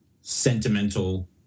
sentimental